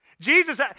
Jesus